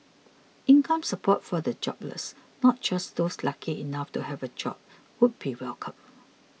income support for the jobless not just those lucky enough to have a job would be welcome